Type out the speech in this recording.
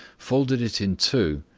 folded it in two,